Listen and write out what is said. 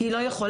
היא לא יכולה.